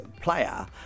player